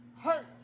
Hurt